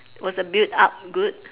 was the build up good